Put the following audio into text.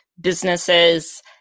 businesses